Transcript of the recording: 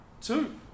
Two